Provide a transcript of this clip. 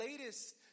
latest